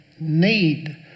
need